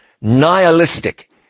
nihilistic